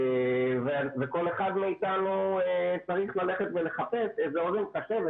וכל אחד מאיתנו צריך ללכת ולחפש איזה אוזן קשבת,